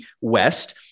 West